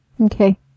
Okay